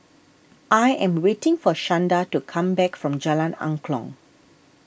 I am waiting for Shanda to come back from Jalan Angklong